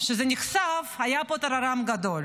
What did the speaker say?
כשזה נחשף היה פה טררם גדול.